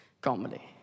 comedy